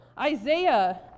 Isaiah